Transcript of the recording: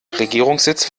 regierungssitz